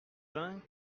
vin